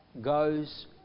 Goes